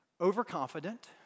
overconfident